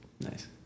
Nice